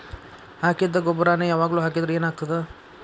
ಹಾಕಿದ್ದ ಗೊಬ್ಬರಾನೆ ಯಾವಾಗ್ಲೂ ಹಾಕಿದ್ರ ಏನ್ ಆಗ್ತದ?